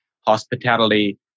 hospitality